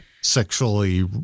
sexually